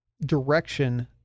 direction